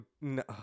no